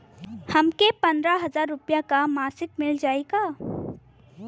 हमके पन्द्रह हजार रूपया क मासिक मिल जाई का?